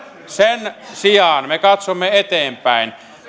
sen sijaan me katsomme eteenpäin